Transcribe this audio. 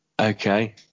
okay